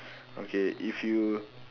okay if you